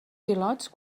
pilots